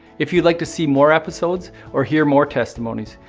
if you'd like to see more episodes or hear more testimonies,